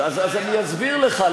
אז אני אסביר לך.